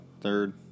Third